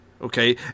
Okay